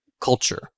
Culture